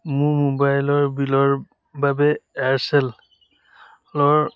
মোৰ মোবাইলৰ বিলৰ বাবে এয়াৰচেল